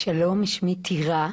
שלום, שמי טירה,